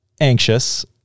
anxious